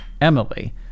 Emily